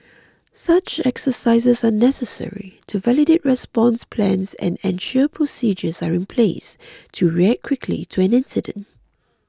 such exercises are necessary to validate response plans and ensure procedures are in place to react quickly to an incident